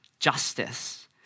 justice